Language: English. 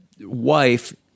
wife